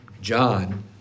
John